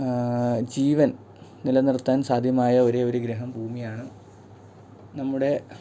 ജീവൻ നിലനിർത്താൻ സാദ്ധ്യമായ ഒരേ ഒരു ഗ്രഹം ഭൂമിയാണ് നമ്മുടെ